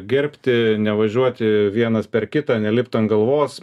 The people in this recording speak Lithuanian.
gerbti nevažiuoti vienas per kitą nelipt ant galvos